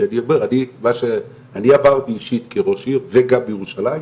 כי אני עברתי אישית כראש עיר וגם בירושלים,